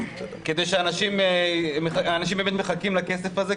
אנשים באמת מחכים לכסף הזה,